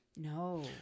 No